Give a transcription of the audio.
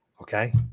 okay